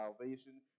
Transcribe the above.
salvation